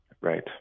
Right